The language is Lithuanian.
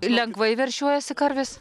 lengvai veršiuojasi karvės